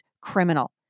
criminal